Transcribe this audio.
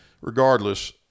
regardless –